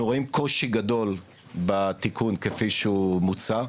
אנחנו רואים קושי גדול בתיקון כפי שהוא מוצע,